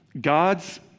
God's